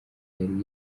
yari